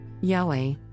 Yahweh